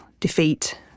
defeat